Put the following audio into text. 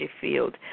field